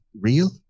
real